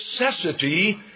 necessity